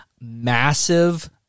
massive